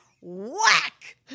whack